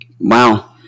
Wow